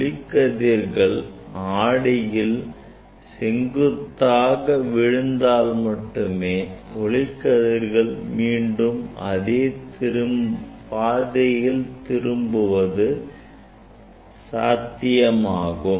ஒளிக்கதிர்கள் ஆடியில் செங்குத்தாக விழுந்தால் மட்டுமே ஒளிக்கதிர்கள் மீண்டும் அதே பாதையில் திரும்புவது சாத்தியமாகும்